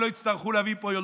שלא יצטרכו להביא לפה יולדות.